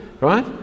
right